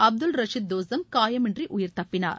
Abdul Rashid Dostum காயமின்றி உயிர்த்தப்பினார்